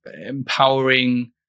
empowering